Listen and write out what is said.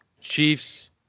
Chiefs